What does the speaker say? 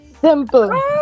Simple